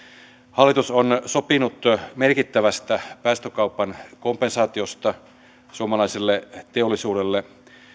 hallitus on sopinut merkittävästä päästökaupan kompensaatiosta suomalaiselle teollisuudelle